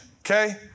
okay